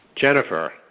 Jennifer